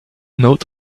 not